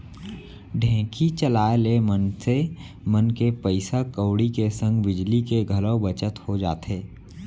ढेंकी चलाए ले मनसे मन के पइसा कउड़ी के संग बिजली के घलौ बचत हो जाथे